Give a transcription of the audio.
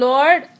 Lord